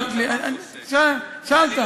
זה לא מה שאמרתי, בכל הכבוד.